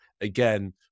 again